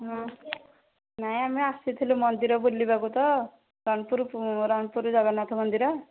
ହଁ ନାହିଁ ଆମେ ଆସିଥିଲୁ ମନ୍ଦିର ବୁଲିବାକୁ ତ ରଣପୁର ରଣପୁର ଜଗନ୍ନାଥ ମନ୍ଦିର